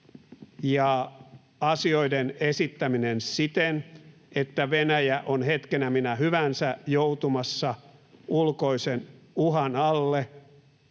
ja asioiden esittäminen siten, että Venäjä on hetkenä minä hyvänsä joutumassa ulkoisen uhan alle,